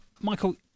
Michael